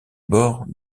bords